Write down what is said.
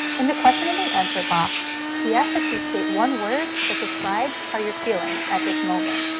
in the question and the answer box we ask that you state one word that describes how you're feeling at this moment.